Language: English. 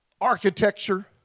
architecture